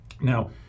Now